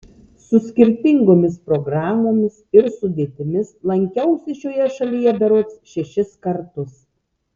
su skirtingomis programomis ir sudėtimis lankiausi šioje šalyje berods šešis kartus